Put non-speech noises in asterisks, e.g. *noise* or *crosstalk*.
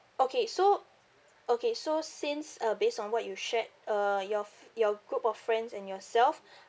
okay so okay so since uh based on what you shared uh your your group of friends and yourself *breath*